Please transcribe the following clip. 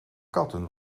katten